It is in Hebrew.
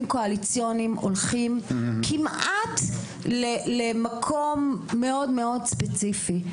קואליציוניים הולכים כמעט למקום מאוד מאוד ספציפי.